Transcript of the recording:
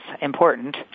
important